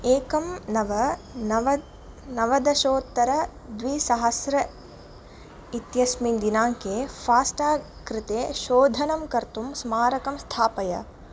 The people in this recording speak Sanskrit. एकं नव नव नवदशोत्तरद्विसहस्र इत्यस्मिन् दिनाङ्के फ़ास्टाग् कृते शोधनं कर्तुं स्मारकं स्थापय